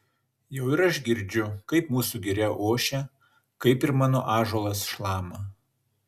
jau ir aš girdžiu kaip mūsų giria ošia kaip ir mano ąžuolas šlama